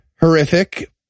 horrific